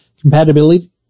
compatibility